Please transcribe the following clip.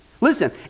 Listen